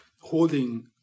holding